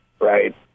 Right